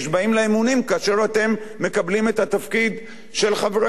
כאשר אתם מקבלים את התפקיד של חברי הכנסת.